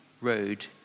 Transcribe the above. road